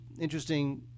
interesting